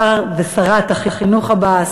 שר ושרת החינוך הבאה,